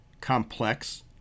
complex